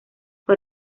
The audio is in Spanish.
fue